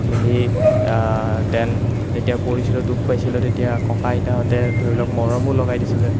খেলি ডেন যেতিয়া পৰিছিলোঁ দুখ পাইছিলোঁ তেতিয়া ককা আইতাহঁতে ধৰি লওক মলমো লগাই দিছিলে